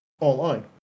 online